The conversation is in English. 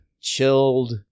chilled